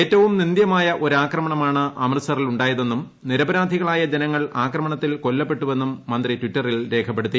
ഏറ്റവും നിന്ദ്യമായ ഒരാക്രമണമാണ് അമൃത്സറിൽ ഉണ്ടായതെന്നും നിരപരാധികളായ ആളുകൾ ആക്രമണത്തിൽ കൊല്ലപ്പെട്ടുക്പ്പുന്നും മന്ത്രി ടിറ്ററിൽ രേഖപ്പെടുത്തി